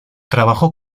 trabajó